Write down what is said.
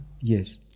Yes